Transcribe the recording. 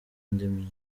indimi